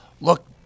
Look